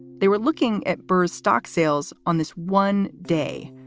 they were looking at birth stock sales on this one day,